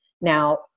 Now